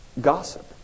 gossip